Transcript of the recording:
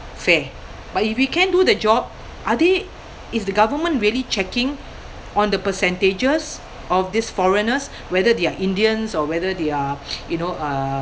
fair but if we can do the job are they is the government really checking on the percentages of these foreigners whether they are indians or whether they are you know uh